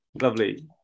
Lovely